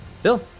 Phil